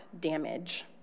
damage